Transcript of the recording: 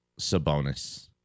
Sabonis